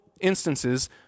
instances